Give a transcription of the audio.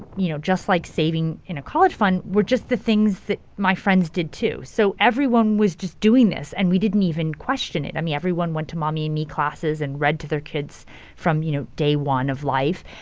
you know, just like saving in a college fund, were just the things that my friends did too. so everyone was just doing this, and we didn't even question it. i mean, everyone went to mommy and me classes and read to their kids from, you know, day one of life.